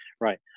right